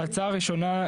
ההצעה הראשונה,